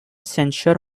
censure